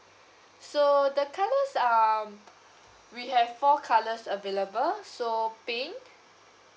so the colours we have four colours available so pink